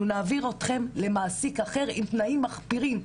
אנחנו נעביר אתכן למעסיק אחר עם תנאים מחפירים.."